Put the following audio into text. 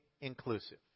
inclusive